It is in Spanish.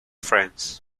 france